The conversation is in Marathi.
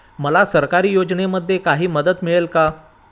मला सरकारी योजनेमध्ये काही मदत मिळेल का?